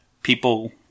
People